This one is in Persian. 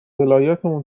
ولایتمون